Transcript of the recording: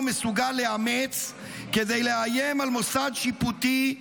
מסוגל לאמץ כדי לאיים על מוסד שיפוטי,